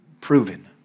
proven